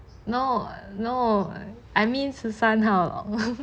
no no I mean 十三号